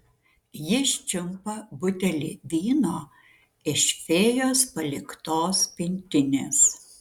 jis čiumpa butelį vyno iš fėjos paliktos pintinės